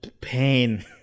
pain